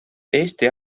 eesti